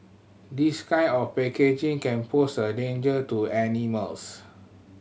this kind of packaging can pose a danger to animals